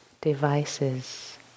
devices